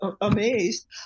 amazed